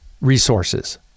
resources